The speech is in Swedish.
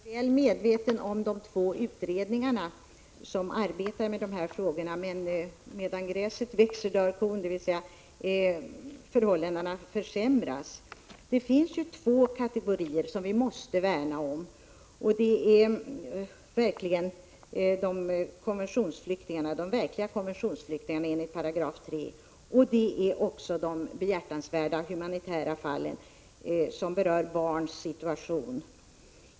Fru talman! Jag är väl medveten om de två utredningar som arbetar med dessa frågor. Men medan gräset växer dör kon, dvs. förhållandena försämras. Två kategorier måste vi värna om. Det är de verkliga konventionsflyktingarna enligt 3 § och de behjärtansvärda humanitära fallen som rör barns situation.